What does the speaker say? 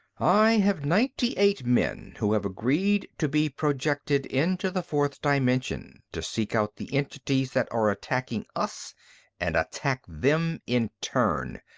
i have ninety-eight men who have agreed to be projected into the fourth dimension to seek out the entities that are attacking us and attack them in turn.